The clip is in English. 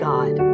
God